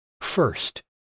first